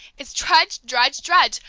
it's drudge, drudge, drudge,